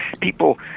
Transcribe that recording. People